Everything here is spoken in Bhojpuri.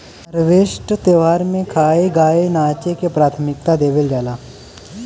हार्वेस्ट त्यौहार में खाए, गाए नाचे के प्राथमिकता देवल जाला